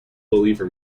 believer